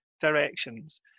directions